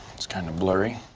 it's kinda blurry.